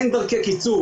אין דרכי קיצור.